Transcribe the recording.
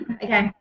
okay